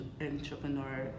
entrepreneur